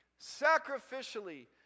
sacrificially